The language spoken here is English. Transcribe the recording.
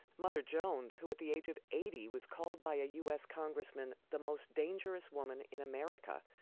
mother jones, who at the age of eighty was called by a u s. congressman the most dangerous woman in america,